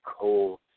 cold